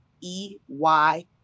E-Y-